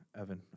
Evan